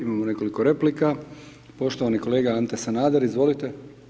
Imamo nekoliko replika, poštovani kolega Ante Sanader, izvolite.